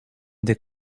the